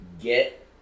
get